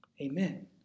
Amen